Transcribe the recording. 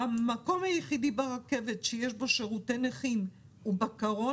המקום היחיד ברכבת שיש בו שירותי נכים הוא בקרון